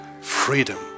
freedom